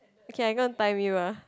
okay I'm gonna time you ah